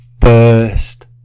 first